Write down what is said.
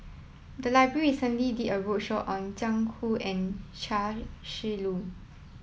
the library recently did a roadshow on Jiang Hu and Chia Shi Lu